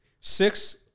six